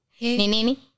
Nini